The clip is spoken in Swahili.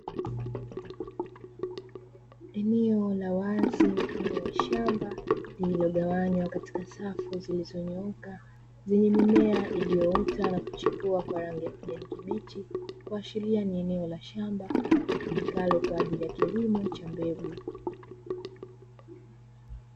Eneo la wazi mfano wa shamba, lililogawanywa katika safu zilizonyooka zenye mimea iliyoota na kuchipua kwa rangi ya kijani kibichi, kuashiria ni eneo la shamba litumikalo kwa ajili ya kilimo cha mbegu.